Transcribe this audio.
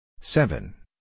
seven